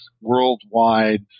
worldwide